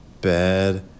bad